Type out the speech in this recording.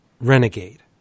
Renegade